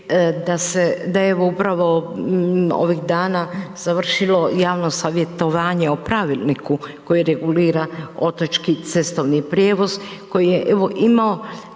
da je evo, upravo ovih dana završilo javno savjetovanje o pravilniku koji regulira otočki cestovni prijevoz koji je,